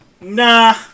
Nah